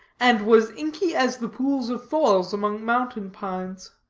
and was inky as the pools of falls among mountain-pines.